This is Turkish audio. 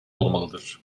olmalıdır